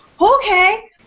Okay